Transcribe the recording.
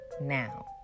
now